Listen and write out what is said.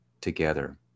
together